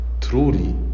truly